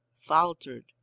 faltered